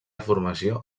formació